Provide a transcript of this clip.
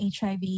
HIV